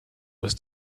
was